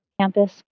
campus